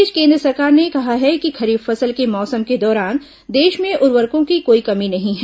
इस बीच केन्द्र सरकार ने कहा है कि खरीफ फसल के मौसम के दौरान देश में उर्वरकों की कोई कमी नहीं है